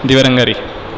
Divya Rangari